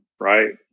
Right